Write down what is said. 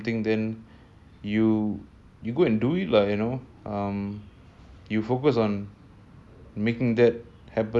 you you go and do it lah you know um you focus on making that happen